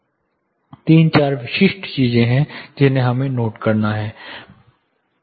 3 4 विशिष्ट चीजें हैं जिन्हें हमें नोट करना है